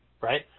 right